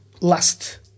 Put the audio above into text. last